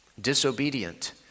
disobedient